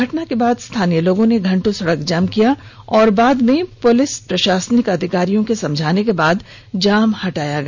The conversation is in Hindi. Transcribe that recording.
घटना के बाद स्थानीय लोगों ने घंटों सड़क जाम रखा बाद में पुलिस प्रशासनिक अधिकारियों को समझाने के बाद जाम हटा लिया गया